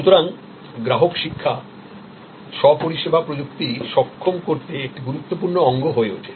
সুতরাং গ্রাহক শিক্ষা স্ব পরিষেবা প্রযুক্তি সক্ষম করতে একটি গুরুত্বপূর্ণ অঙ্গ হয়ে ওঠে